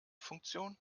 funktion